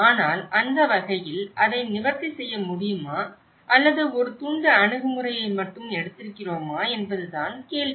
ஆனால் அந்த வகையில் அதை நிவர்த்தி செய்ய முடியுமா அல்லது ஒரு துண்டு அணுகுமுறையை மட்டுமே எடுக்கிறோமா என்பதுதான் கேள்வி